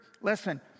Listen